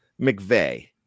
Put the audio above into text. McVeigh